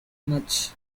much